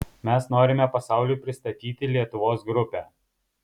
mes norime pasauliui pristatyti lietuvos grupę